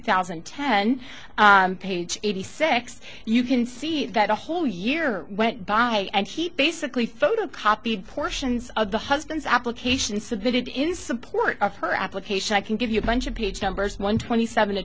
thousand and ten page eighty six you can see that a whole year went by and he basically photocopied portions of the husband's application submitted in support of her application i can give you a bunch of page numbers one twenty seven and